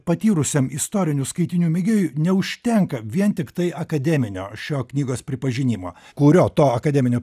patyrusiam istorinių skaitinių mėgėjui neužtenka vien tiktai akademinio šio knygos pripažinimo kurio to akademinio